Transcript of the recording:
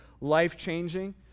life-changing